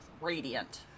Radiant